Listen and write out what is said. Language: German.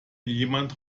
jemand